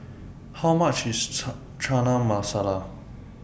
How much IS Chana Masala